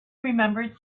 remembered